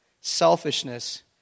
Selfishness